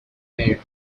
mayor